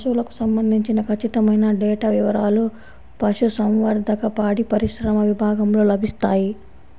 పశువులకు సంబంధించిన ఖచ్చితమైన డేటా వివారాలు పశుసంవర్ధక, పాడిపరిశ్రమ విభాగంలో లభిస్తాయి